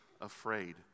afraid